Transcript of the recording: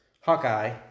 Hawkeye